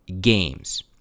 games